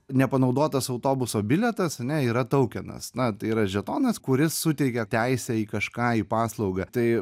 nepanaudotas autobuso bilietas ane yra taukenas na tai yra žetonas kuris suteikia teisę į kažką į paslaugą tai